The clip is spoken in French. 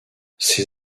ses